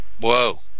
whoa